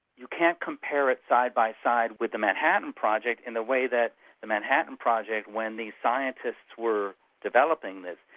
you can't compare it side by side with the manhattan project in the way that the manhattan project when the scientists were developing this,